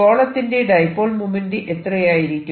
ഗോളത്തിന്റെ dipole moment എത്രയായിരിക്കും